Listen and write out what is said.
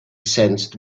sensed